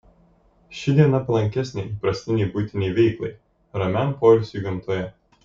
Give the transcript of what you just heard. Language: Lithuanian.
ši diena palankesnė įprastinei buitinei veiklai ramiam poilsiui gamtoje